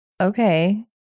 Okay